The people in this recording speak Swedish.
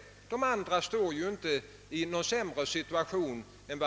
Och de övriga kommer inte i någon annan situation än